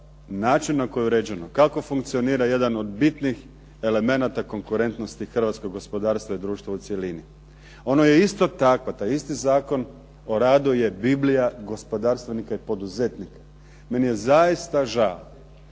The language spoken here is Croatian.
način na koji je uređeno kako funkcionira jedan od bitnih elemenata konkurentnosti hrvatskog gospodarstva i društva u cjelini. Ono je isto takva, taj isti Zakon o radu je biblija gospodarstvenika i poduzetnika. Meni je zaista žao,